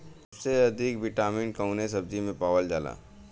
सबसे अधिक विटामिन कवने सब्जी में पावल जाला?